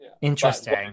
Interesting